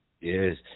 yes